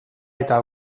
eta